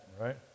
right